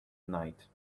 night